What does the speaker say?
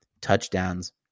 touchdowns